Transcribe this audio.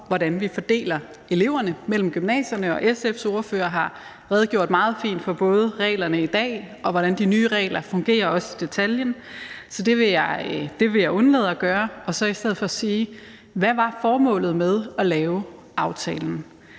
hvordan vi fordeler eleverne mellem gymnasierne, og SF's ordfører har redegjort meget fint for både reglerne i dag, og hvordan de nye regler fungerer, også i detaljen, så det vil jeg undlade at gøre og i stedet for spørge: Hvad var formålet med at lave aftalen?